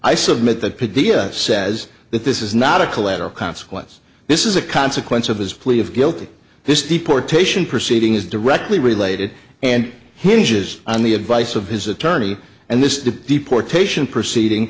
i submit that video says that this is not a collateral consequence this is a consequence of his plea of guilty this deportation proceedings directly related and hinges on the advice of his attorney and this is the deportation proceeding